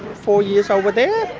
four years over there,